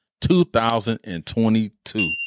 2022